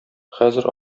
хәзер